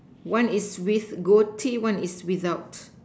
one is with goatee one is without